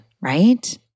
right